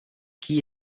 qui